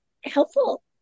helpful